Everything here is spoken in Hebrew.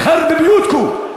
בּיח'רבּ בּיותכּם,